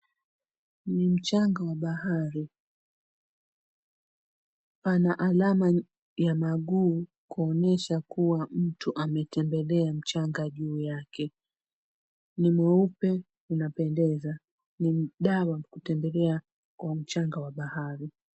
Ni mchanga wa bahari. Pana alama ya miguu kuonyesha kuwa mtu ametembelea mchanga juu yake. Ni mweupe unapendeza. Ni dawa kutembelea kwa mchanga wa bahari.